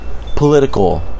political